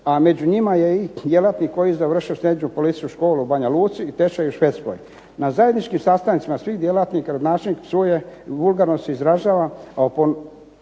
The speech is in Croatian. a među njima je i djelatnik koji je završio srednju policijsku školu u Banja Luci i tečaj u Švedskoj. Na zajedničkim sastancima svih djelatnika gradonačelnik psuje, vulgarno se izražava,